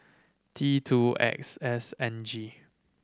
T two X S N G